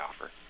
offer